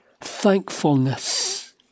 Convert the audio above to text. thankfulness